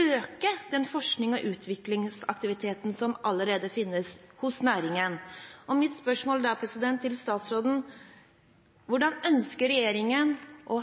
øke den forsknings- og utviklingsaktiviteten som allerede finnes i næringen. Mitt spørsmål til statsråden er da: Hvordan ønsker regjeringen å